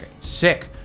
Sick